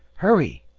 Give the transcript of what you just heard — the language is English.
hurry!